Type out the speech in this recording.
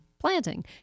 planting